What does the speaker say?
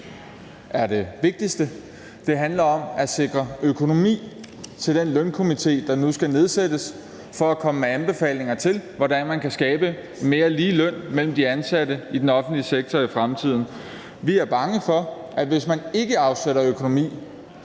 er det vigtigste. Det handler om at sikre økonomi til den lønstrukturkomité , der nu skal nedsættes for at komme med anbefalinger til, hvordan man kan skabe mere ligeløn mellem de ansatte i den offentlige sektor i fremtiden. Vi er bange for, at hvis man ikke afsætter økonomi,